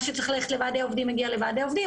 מה שצריך ללכת לוועדי עובדים מגיע לוועדי עובדים,